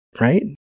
right